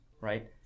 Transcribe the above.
right